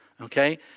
Okay